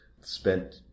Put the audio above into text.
spent